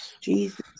Jesus